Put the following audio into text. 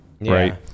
right